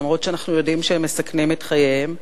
למרות שאנחנו יודעים שהם מסכנים את חייהם,